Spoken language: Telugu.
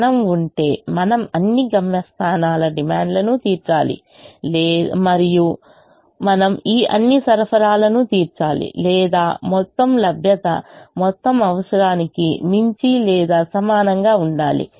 మనం ఉంటే మనము అన్ని గమ్యస్థానాల డిమాండ్లను తీర్చాలి మరియు మనము ఈ అన్ని సరఫరాలను తీర్చాలి లేదా మొత్తం లభ్యత మొత్తం అవసరానికి మించి లేదా సమానంగా ఉండాలి